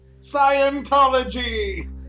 Scientology